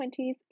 20s